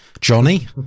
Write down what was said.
johnny